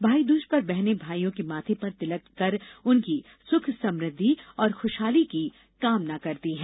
भाई दूज पर बहने भाइयों के माथे पर तिलक कर उनकी सुख समृद्धि और खुशहाली की कामना करती हैं